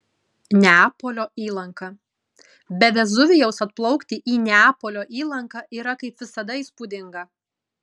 neapolio įlanka be vezuvijaus atplaukti į neapolio įlanką yra kaip visada įspūdinga